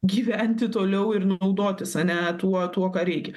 gyventi toliau ir naudotis ane tuo tuo ką reikia